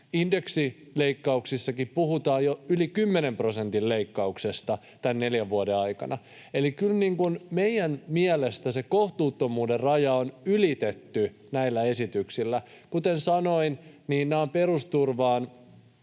indeksileikkauksissakin puhutaan jo yli 10 prosentin leikkauksesta tämän neljän vuoden aikana, eli kyllä meidän mielestämme se kohtuuttomuuden raja on ylitetty näillä esityksillä. Kuten sanoin, niin nämä ovat perusturvaan